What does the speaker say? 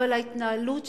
אבל ההתנהלות שלך,